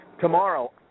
Tomorrow